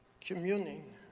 communing